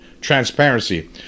transparency